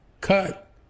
cut